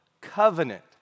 covenant